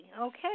Okay